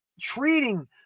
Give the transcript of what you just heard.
treating